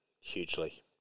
hugely